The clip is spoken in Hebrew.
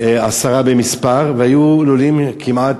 עשרה במספר, והיו לולים, כמעט